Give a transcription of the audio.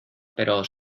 pero